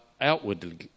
outwardly